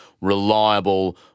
reliable